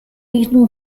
eton